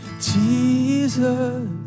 Jesus